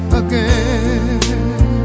again